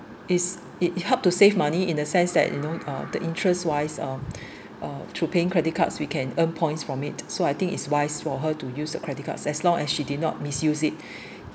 is it helped to save money in the sense that you know uh the interest wise uh uh through paying credit cards we can earn points from it so I think is wise for her to use a credit cards as long as she did not misuse it